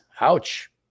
Ouch